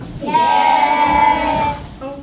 Yes